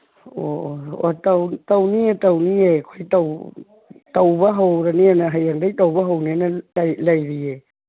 ꯑꯣ ꯑꯣ ꯑꯣ ꯇꯧꯅꯤꯌꯦ ꯇꯧꯅꯤꯌꯦ ꯑꯩꯈꯣꯏ ꯇꯧꯕ ꯍꯧꯔꯅꯦꯅ ꯍꯌꯦꯡꯗꯩ ꯇꯧꯕ ꯍꯧꯅꯦꯅ ꯂꯩꯔꯤꯌꯦ